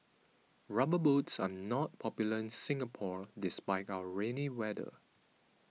rubber boots are not popular in Singapore despite our rainy weather